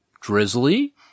drizzly